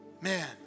man